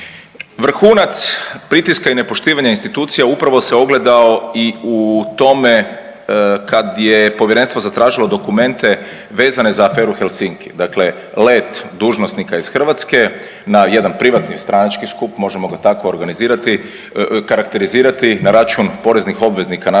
Vrhunac pritiska i nepoštivanja institucija upravo se ogledao i u tome kad je povjerenstvo zatražilo dokumente vezane za aferu Helsinki. Dakle, let dužnosnika iz Hrvatske na jedan privatni stranački skup, možemo ga tako organizirati, karakterizirati na račun poreznih obveznika naše